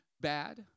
bad